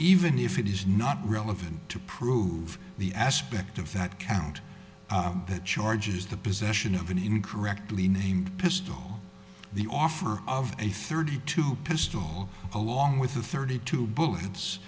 even if it is not relevant to prove the aspect of that count that charges the possession of an incorrectly named pistol the offer of a thirty two pistol along with a thirty two bullets